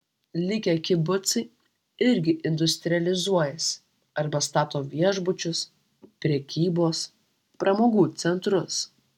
likę kibucai irgi industrializuojasi arba stato viešbučius prekybos pramogų centrus